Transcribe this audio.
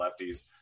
lefties